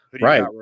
right